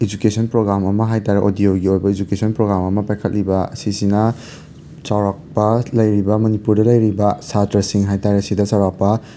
education programme ꯑꯃ ꯍꯥꯏ ꯇꯥꯔꯦ ꯑꯣꯗꯤꯑꯣꯒꯤ ꯑꯣꯏꯕ ꯏꯖꯨꯀꯦꯁꯟ ꯄ꯭ꯔꯣꯒ꯭ꯔꯥꯝ ꯑꯃ ꯄꯥꯏꯈꯠꯂꯤꯕ ꯑꯁꯤꯁꯤꯅ ꯆꯥꯎꯔꯥꯛꯄ ꯂꯩꯔꯤꯕ ꯃꯅꯤꯄꯨꯔꯗ ꯂꯩꯔꯤꯕ ꯁꯥꯇ꯭ꯔꯁꯤꯡ ꯍꯥꯏꯇꯥꯔꯦ ꯁꯤꯗ ꯆꯥꯎꯔꯥꯛꯄ